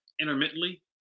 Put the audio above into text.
intermittently